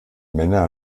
männer